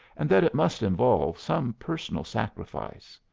and that it must involve some personal sacrifice.